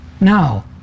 Now